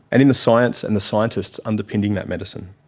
and in the science and the scientists underpinning that medicine.